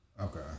Okay